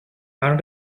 han